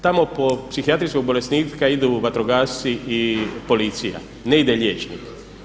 Tamo po psihijatrijskog bolesnika idu vatrogasci i policija, ne ide liječnik.